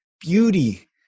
beauty